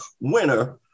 winner